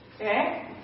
Okay